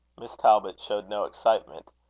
miss talbot showed no excitement.